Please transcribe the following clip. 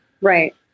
Right